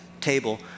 table